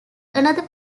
another